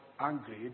angry